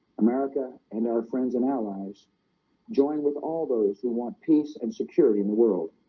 america and our friends and allies join with all those who want peace and security in the world